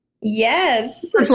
Yes